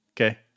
okay